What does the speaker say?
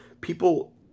people